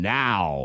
now